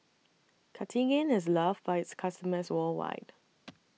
Cartigain IS loved By its customers worldwide